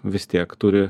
vis tiek turi